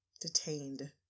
detained